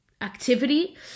activity